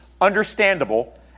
understandable